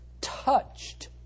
touched